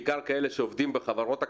בעיקר כאלה שעובדים בחברות הקטנות,